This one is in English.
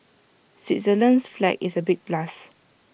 Switzerland's flag is A big plus